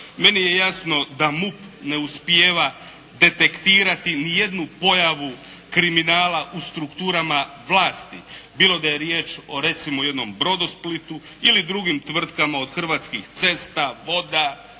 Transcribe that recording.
Meni je jasno da MUP ne uspijeva detektirati niti jednu pojavu kriminala u strukturama vlasti bilo da je riječ o recimo jednom "Brodosplitu" ili drugim tvrtkama od Hrvatskih cesta, voda